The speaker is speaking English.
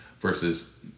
versus